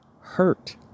hurt